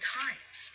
times